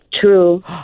True